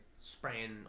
spraying